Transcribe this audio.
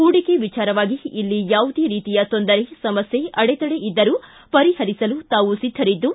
ಹೂಡಿಕೆ ವಿಚಾರವಾಗಿ ಇಲ್ಲಿ ಯಾವುದೇ ರೀತಿಯ ತೊಂದರೆ ಸಮಸ್ಕೆ ಅಡೆತಡೆ ಇದ್ದರೂ ಪರಿಪರಿಸಲು ತಾವು ಸಿದ್ಧರಿದ್ದು